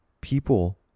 people